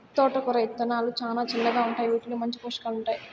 తోటకూర ఇత్తనాలు చానా చిన్నగా ఉంటాయి, వీటిలో మంచి పోషకాలు ఉంటాయి